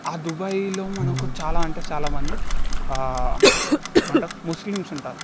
ఆ దుబాయ్లో మనకు చాలా అంటే చాలామంది అంటే ముస్లిమ్స్ ఉంటారు